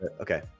okay